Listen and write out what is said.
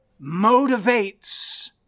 motivates